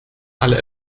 alle